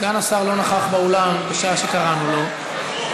סגן השר לא נכח באולם בשעה שקראנו לו,